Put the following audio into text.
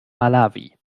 malawi